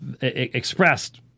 expressed